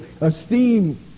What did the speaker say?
esteem